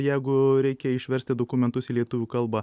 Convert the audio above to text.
jeigu reikia išversti dokumentus į lietuvių kalbą